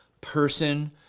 person